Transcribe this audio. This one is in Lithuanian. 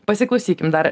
pasiklausykim dar